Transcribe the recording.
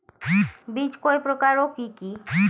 বীজ কয় প্রকার ও কি কি?